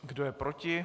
Kdo je proti?